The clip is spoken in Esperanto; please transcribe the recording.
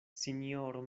sinjoro